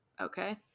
Okay